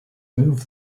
move